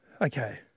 Okay